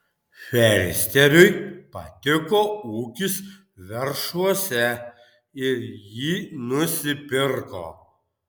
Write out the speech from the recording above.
fersteriui patiko ūkis veršvuose ir jį nusipirko